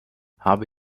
habe